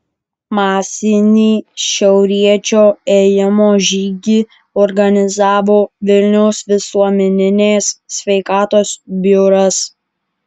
masinį šiaurietiško ėjimo žygį organizavo vilniaus visuomenės sveikatos biuras